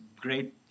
great